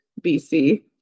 bc